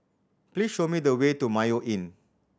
please show me the way to Mayo Inn